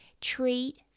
treat